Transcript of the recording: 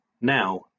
Now